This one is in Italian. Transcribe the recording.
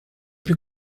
più